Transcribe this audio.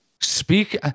Speak